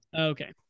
Okay